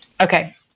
Okay